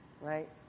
right